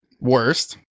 worst